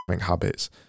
habits